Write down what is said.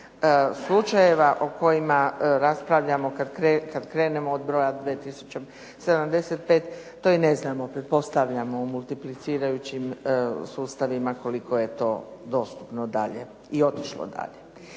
slučajeva o kojima raspravljamo kad krenemo od broja 2 tisuće 75 to i ne znamo, pretpostavljamo u multiplicirajućim sustavima koliko je to dostupno dalje i otišlo dalje.